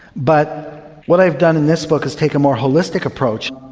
but what i've done in this book is take a more holistic approach.